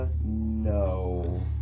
No